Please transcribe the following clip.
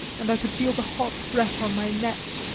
and could feel the hot breath on my neck.